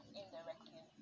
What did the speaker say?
indirectly